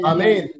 Amen